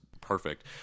perfect